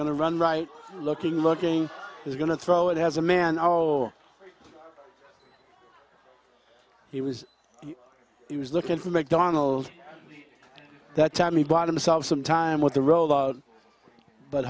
going to run right looking looking is going to throw it has a man he was he was looking to make donald that time he bought himself some time with the role but